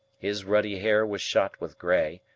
his ruddy hair was shot with grey,